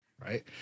right